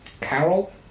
Carol